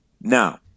Now